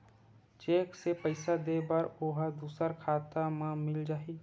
Cheque से पईसा दे बर ओहा दुसर खाता म मिल जाही?